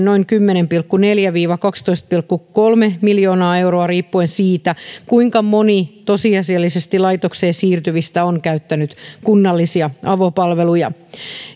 noin kymmenen pilkku neljä viiva kaksitoista pilkku kolme miljoonaa euroa verrattuna nykyiseen riippuen siitä kuinka moni tosiasiallisesti laitokseen siirtyvistä on käyttänyt kunnallisia avopalveluja